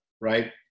Right